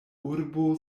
urbo